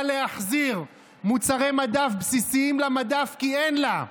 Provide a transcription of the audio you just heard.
להחזיר מוצרי מדף בסיסיים למדף כי אין לה,